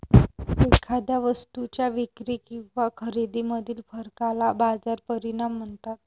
एखाद्या वस्तूच्या विक्री किंवा खरेदीमधील फरकाला बाजार परिणाम म्हणतात